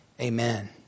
amen